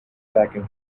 vacuum